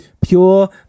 pure